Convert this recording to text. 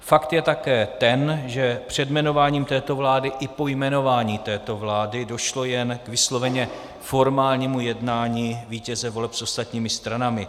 Fakt je také ten, že před jmenováním této vlády i po jmenování této vlády došlo jen k vysloveně formálnímu jednání vítěze voleb s ostatními stranami.